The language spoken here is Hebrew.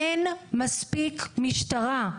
אין מספיק משטרה,